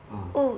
ah